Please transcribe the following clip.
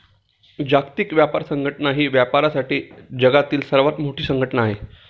जागतिक व्यापार संघटना ही व्यापारासाठी जगातील सर्वात मोठी संघटना आहे